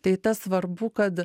tai tas svarbu kad